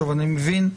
אני מבין,